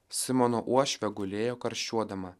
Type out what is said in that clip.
simono uošvė gulėjo karščiuodama